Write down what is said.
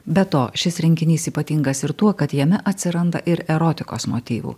be to šis renginys ypatingas ir tuo kad jame atsiranda ir erotikos motyvų